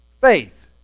faith